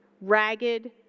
ragged